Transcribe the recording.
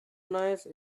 nice